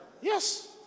Yes